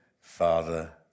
Father